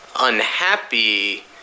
unhappy